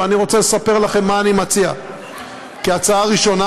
ואני רוצה לספר לכם מה אני מציע כהצעה ראשונה,